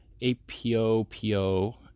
apopo